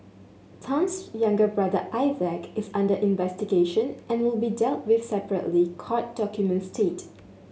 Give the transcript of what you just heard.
Tan's younger brother Isaac is under investigation and will be dealt with separately court documents state